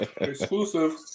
exclusive